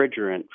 refrigerant